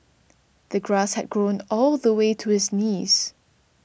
the grass had grown all the way to his knees